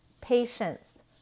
patience